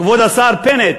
כבוד השר בנט,